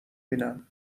بینم